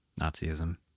Nazism